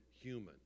human